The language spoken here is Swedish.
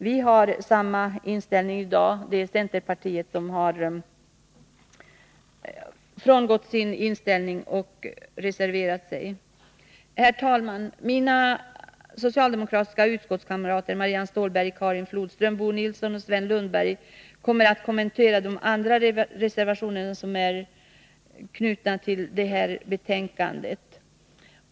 Vi har samma uppfattning i dag, men centerpartiet har nu frångått sin inställning och reserverat sig. Herr talman! Mina socialdemokratiska utskottskamrater Marianne Stålberg, Karin Flodström, Bo Nilsson och Sven Lundberg kommer att kommentera de övriga reservationer som har fogats vid betänkandet.